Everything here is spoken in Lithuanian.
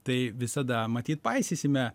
tai visada matyt paisysime